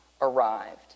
arrived